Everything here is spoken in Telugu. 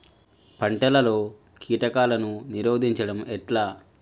పంటలలో కీటకాలను నిరోధించడం ఎట్లా?